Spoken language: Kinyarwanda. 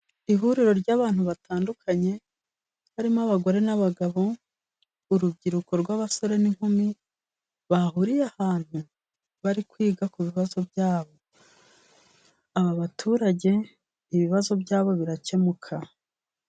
Ihuriro ry'abantu batandukanye; harimo abagore n'abagabo, urubyiruko rw'abasore n'inkumi, bahuriye ahantu bari kwiga ku bibazo byabo. Aba baturage ibibazo byabo birakemuka.